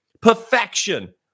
perfection